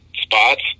spots